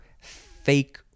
fake